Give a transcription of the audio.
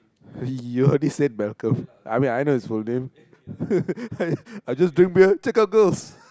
you already said Malcolm I mean I know his full name I just drink beers check out girls